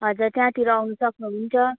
हजुर त्यहाँतिर आउनु सक्नुहुन्छ